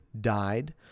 died